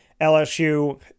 LSU